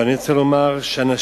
אבל אני רוצה לומר שאנשים,